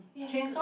we have